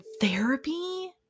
therapy